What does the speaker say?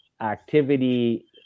activity